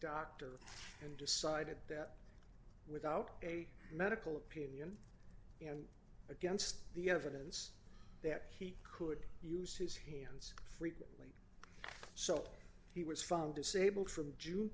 doctor and decided that without a medical opinion and against the evidence that he could use his hands frequently so he was found disabled from june